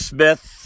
Smith